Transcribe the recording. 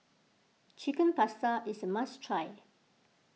Chicken Pasta is a must try